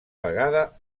vegada